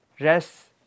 rest